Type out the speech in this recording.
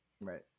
Right